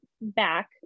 back